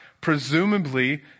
presumably